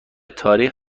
تاریخ